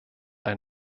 ein